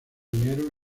unieron